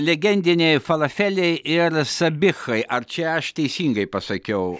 legendiniai falafeliai ir sabichai ar čia aš teisingai pasakiau